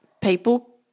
people